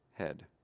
head